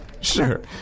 Sure